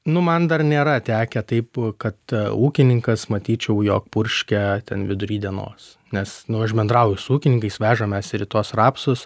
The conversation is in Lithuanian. nu man dar nėra tekę taip kad ūkininkas matyčiau jog purškia ten vidury dienos nes nu aš bendrauju su ūkininkais vežam mes ir į tuos rapsus